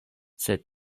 sed